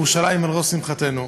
ירושלים על ראש שמחתנו,